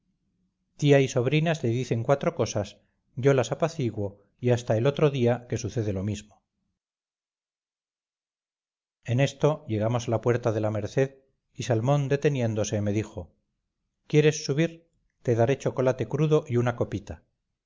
tía y sobrina se dicen cuatro cosas yo las apaciguo y hasta el otro día que sucede lo mismo en esto llegamos a la puerta de la merced y salmón deteniéndose me dijo quieres subir te daré chocolate crudo y una copita